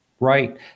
Right